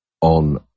on